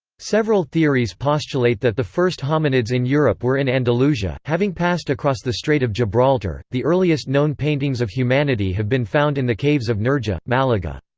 several theories postulate that the first hominids in europe were in andalusia, having passed across the strait of gibraltar the earliest known paintings of humanity have been found in the caves of nerja, malaga.